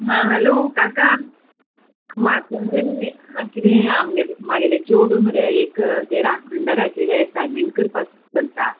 हां हॅलो काका म्हागे मरे आ किदें आमगे म्हागेले चेडूं मरे एक ते राखणदाराचेर एसायमेंट करपा करता